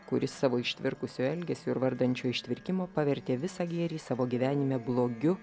kuris savo ištvirkusiu elgesiu ir vardan šio ištvirkimo pavertė visą gėrį savo gyvenime blogiu